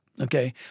Okay